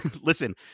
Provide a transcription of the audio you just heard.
Listen